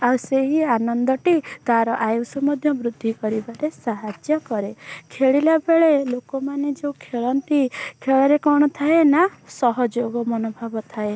ଆଉ ସେହି ଆନନ୍ଦଟି ତା'ର ଆୟୁଷ ମଧ୍ୟ ବୃଦ୍ଧି କରିବାରେ ସାହାଯ୍ୟ କରେ ଖେଳିଲାବେଳେ ଲୋକମାନେ ଯେଉଁ ଖେଳନ୍ତି ଖେଳରେ କଣ ଥାଏ ନା ସହଯୋଗ ମନୋଭାବ ଥାଏ